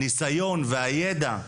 הניסיון והידע,